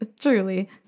truly